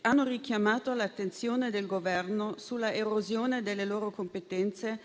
hanno richiamato l'attenzione del Governo sull'erosione delle loro competenze